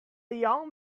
young